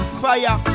fire